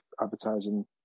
advertising